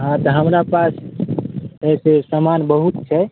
हँ तऽ हमरा पास एतेक समान बहुत छै